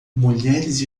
mulheres